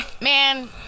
Man